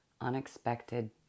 unexpected